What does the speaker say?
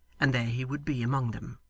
and there he would be among them.